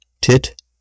tit